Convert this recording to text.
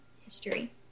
history